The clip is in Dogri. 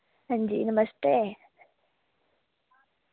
हां जी नमस्ते